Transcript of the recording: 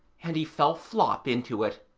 and he fell flop into it.